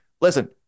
Listen